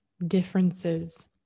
differences